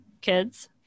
kids